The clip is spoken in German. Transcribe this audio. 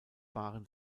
waren